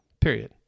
Period